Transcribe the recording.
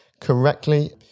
correctly